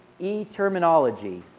e, terminology.